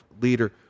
leader